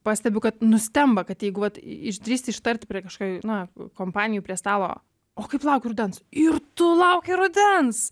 pastebiu kad nustemba kad jeigu vat išdrįsti ištarti prie kažkokio na kompanijoj prie stalo o kaip laukiu rudens ir tu lauki rudens